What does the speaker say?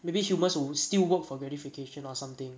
maybe humans will still work for gratification or something